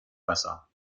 wasser